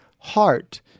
Heart